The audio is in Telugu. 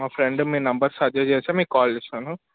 మా ఫ్రెండ్ మీ నెంబర్ సజెస్ట్ చేస్తే మీకు కాల్ చేసాను